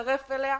להצטרף אליה.